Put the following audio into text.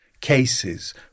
cases